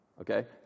Okay